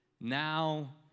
now